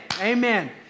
Amen